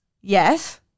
Yes